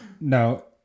No